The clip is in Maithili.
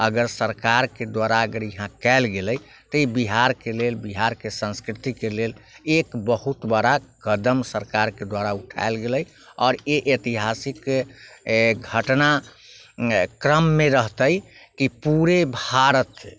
अगर सरकारके द्वारा अगर यहाँ कयल गेलै तऽ ई बिहारके लेल बिहारके संस्कृतिके लेल एक बहुत बड़ा कदम सरकारके द्वारा उठायल गेलै आओर ई ऐतिहासिक घटना क्रममे रहतै की पूरे भारत